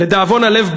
לדאבון הלב,